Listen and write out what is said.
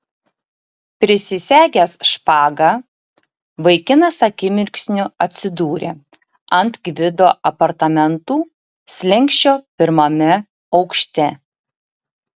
prisisegęs špagą vaikinas akimirksniu atsidūrė ant gvido apartamentų slenksčio pirmame aukšte